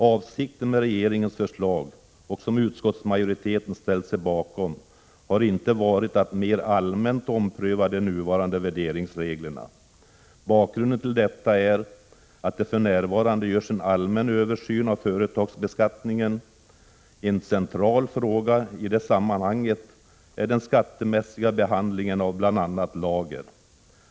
Avsikten med regeringens förslag — som utskottsmajoriteten har ställt sig bakom — har inte varit att mer allmänt ompröva de nuvarande värderingsreglerna. Bakgrunden till detta är att det för närvarande görs en allmän översyn av företagsbeskattningen. En central fråga i det sammanhanget är den skattemässiga behandlingen av bl.a. lager.